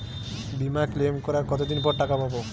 বিমা ক্লেম করার কতদিন পর টাকা পাব?